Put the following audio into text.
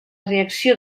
reacció